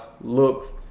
looks